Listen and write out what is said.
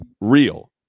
real